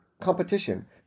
competition